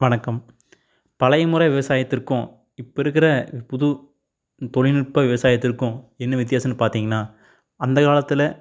வணக்கம் பழையமுறை விவசாயத்திற்கும் இப்போ இருக்கிற ஒரு புது தொழில்நுட்ப விவசாயத்திற்கும் என்ன வித்தியாசனு பார்த்தீங்னா அந்தகாலத்தில்